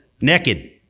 naked